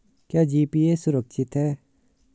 क्या जी.पी.ए सुरक्षित है?